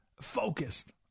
focused